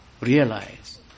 realize